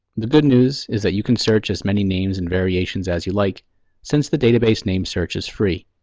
the good news is that you can search as many names and variations as you like since the database name search is free.